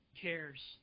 cares